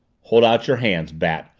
hold out your hands, bat,